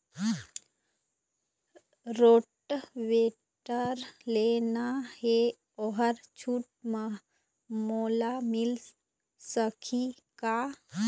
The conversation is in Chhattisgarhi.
रोटावेटर लेना हे ओहर छूट म मोला मिल सकही का?